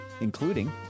Including